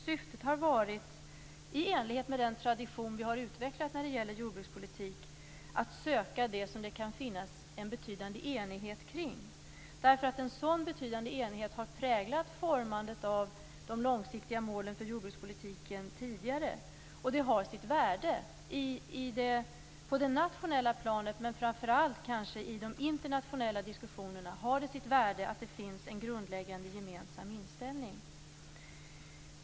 Syftet har, i enlighet med den tradition vi har utvecklat när det gäller jordbrukspolitik, varit att söka det som det kan finnas en betydande enighet kring. En sådan betydande enighet har präglat formandet av de långsiktiga målen för jordbrukspolitiken tidigare. Det har sitt värde på det nationella planet. Men framför allt har det kanske sitt värde i de internationella diskussionerna att det finns en grundläggande gemensam inställning.